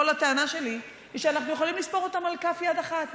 כל הטענה שלי היא שאנחנו יכולים לספור אותם על כף יד אחת.